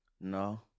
No